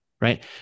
right